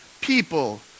people